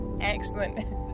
Excellent